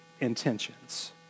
intentions